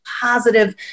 positive